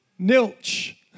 nilch